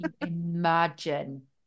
imagine